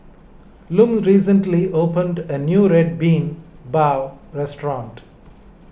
Lum recently opened a new Red Bean Bao restaurant